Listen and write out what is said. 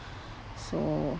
so